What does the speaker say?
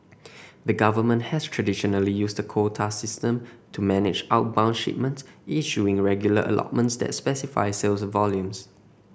the government has traditionally used the quota system to manage outbound shipments issuing regular allotments that's specify sales volumes